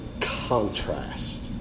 contrast